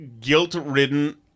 guilt-ridden